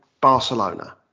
Barcelona